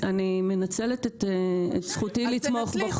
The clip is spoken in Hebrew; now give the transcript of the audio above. אני רק רוצה לוודא אני מנצלת את זכותי לתמוך בחוק.